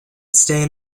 stain